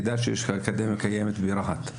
יידע שיש אקדמיה ברהט?